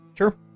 Sure